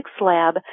Lab